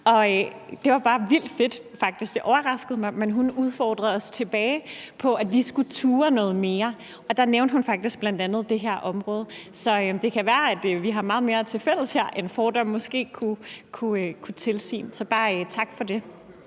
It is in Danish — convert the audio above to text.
bare vildt fedt. Det overraskede mig, men hun udfordrede os tilbage, i forhold til at vi skulle turde noget mere. Der nævnte hun faktisk bl.a. det her område. Så det kan være, at vi har meget mere tilfælles her, end fordomme måske kunne tilsige. Så bare